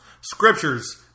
scriptures